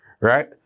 right